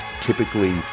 typically